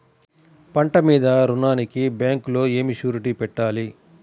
పంట మీద రుణానికి బ్యాంకులో ఏమి షూరిటీ పెట్టాలి?